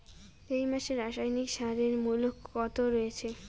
এই মাসে রাসায়নিক সারের মূল্য কত রয়েছে?